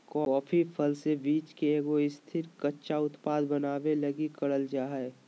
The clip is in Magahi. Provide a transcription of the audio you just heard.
कॉफी फल से बीज के एगो स्थिर, कच्चा उत्पाद बनाबे लगी करल जा हइ